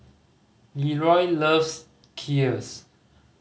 Leroy loves Kheers